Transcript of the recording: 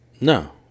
No